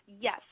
Yes